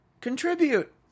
Contribute